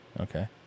Okay